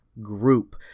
group